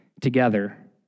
together